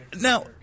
Now